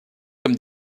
comme